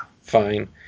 fine